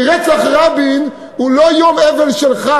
כי רצח רבין הוא לא יום אבל שלך,